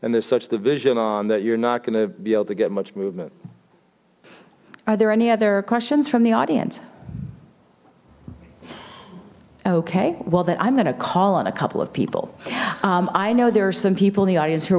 and there's such division on that you're not going to be able to get much movement are there any other questions from the audience okay well that i'm gonna call on a couple of people i know there are some people in the audience who are